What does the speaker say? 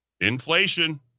inflation